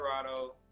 colorado